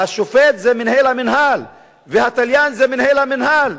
השופט זה מנהל המינהל והתליין זה מנהל המינהל,